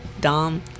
Dom